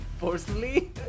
personally